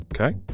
Okay